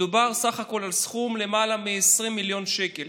מדובר בסך הכול על סכום של למעלה מ-20 מיליון שקל,